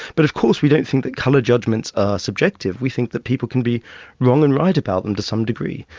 but of course we don't think that colour judgments are subjective, we think that people can be wrong and right about them to some degree.